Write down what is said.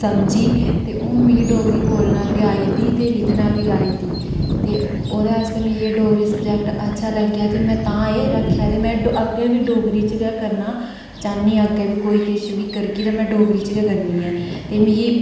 समझी ते हू'न मिगी डोगरी बोलना बी आई जंदी ते लिखना बी आई जंदी ते ओह्दे आस्तै मिगी डोगरी सब्जैक्ट अच्छा लग्गेआ ते में तां एह् रक्खेआ ते अग्गें बी डोगरी च गै करना चाह्न्नी आं ते अग्गें बी किश कोई करगी ते में डोगरी च गै करनी ऐ ते मिगी